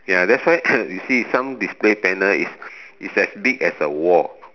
ya that's why you see some display panel is is as big as a wall